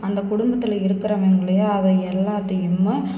அந்தக் குடும்பத்தில் இருக்கிறவங்களையே அதை எல்லாத்தையும்